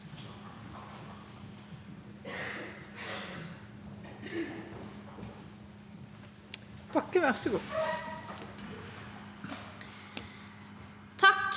Takk